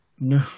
No